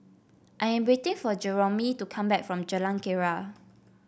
I am waiting for Jeromy to come back from Jalan Keria